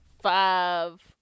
five